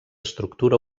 estructura